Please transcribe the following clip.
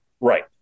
Right